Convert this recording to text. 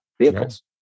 vehicles